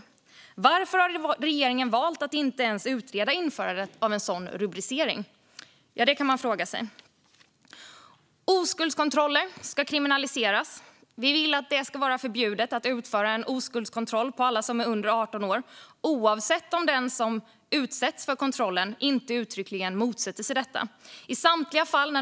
Man kan fråga sig varför regeringen har valt att inte ens utreda införandet av en sådan rubricering. Oskuldskontroller ska kriminaliseras. Vi vill att det ska vara förbjudet att utföra en oskuldskontroll på alla som är under 18 år, oavsett om den som utsätts för kontrollen inte uttryckligen motsätter sig detta.